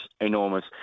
enormous